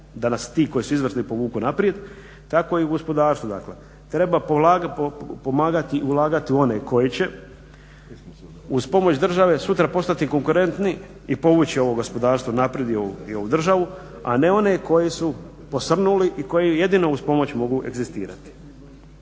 da nas ti koji su izvrsni povuku naprijed. Tako je i u gospodarstvu dakle. Treba pomagati i ulagati u one koji će uz pomoć države sutra postati konkurentniji i povući ovo gospodarstvo naprijed i ovu državu, a ne one koji su posrnuli i koji jedino uz pomoć mogu egzistirati.